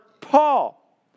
Paul